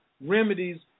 remedies